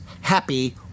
happy